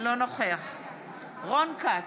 אינו נוכח רון כץ,